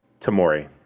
tamori